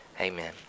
Amen